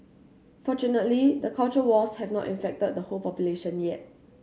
fortunately the culture wars have not infected the whole population yet